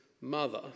mother